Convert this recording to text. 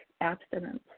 abstinence